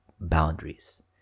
boundaries